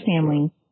family